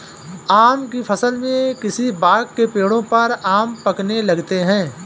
आम की फ़सल में किसी बाग़ के पेड़ों पर आम पकने लगते हैं